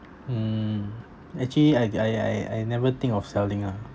mm actually I I I I never think of selling ah